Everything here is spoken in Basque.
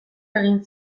egin